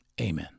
amen